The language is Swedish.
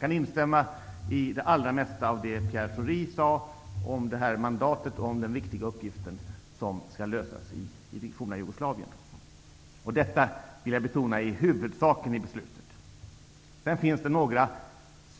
Jag instämmer i det mesta av det som Pierre Schori sade om mandatet och om den viktiga uppgift som skall utföras i det forna Jugoslavien. Jag vill betona att detta är huvudsaken i beslutet. Det finns även några